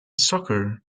soccer